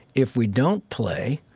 if we don't play,